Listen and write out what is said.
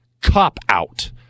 cop-out